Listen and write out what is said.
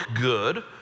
good